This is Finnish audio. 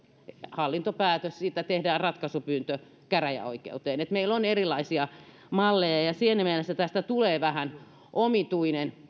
hallintopäätös siitä tehdään ratkaisupyyntö käräjäoikeuteen eli meillä on erilaisia malleja ja ja siinä mielessä tästä järjestelmästä tulee vähän omituinen